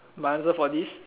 my answer for this